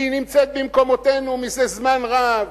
והיא נמצאת במקומותינו זה זמן רב,